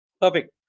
perfect